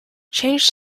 change